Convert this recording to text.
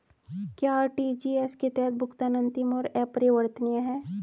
क्या आर.टी.जी.एस के तहत भुगतान अंतिम और अपरिवर्तनीय है?